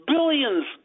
Billions